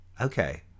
okay